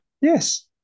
Yes